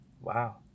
Wow